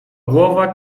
głowa